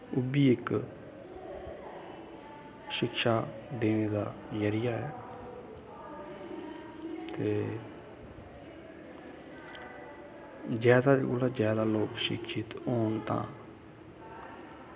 ओह् बी इक शिक्षा देने दा जरिया ऐ ते जादा कोला जादा लोग शिक्षित होन तां